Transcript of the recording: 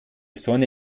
sonne